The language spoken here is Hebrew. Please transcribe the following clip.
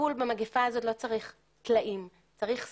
בטיפול במגיפה הזאת לא צריך תלאים, צריך שמיכה.